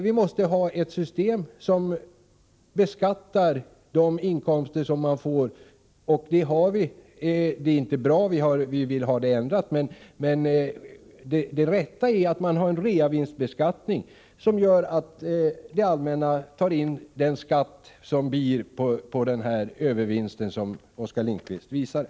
Vi måste ha ett system som beskattar de inkomster som man får vid försäljning, och det har vi. Systemet är inte bra, vi vill ha det ändrat, men det rätta är att ha en reavinstbeskattning som gör att det allmänna tar in skatt på den övervinst som Oskar Lindkvist visade.